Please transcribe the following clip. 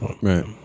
right